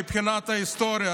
מבחינת ההיסטוריה,